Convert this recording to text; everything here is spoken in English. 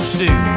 Stew